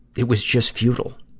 it was just futile,